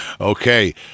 Okay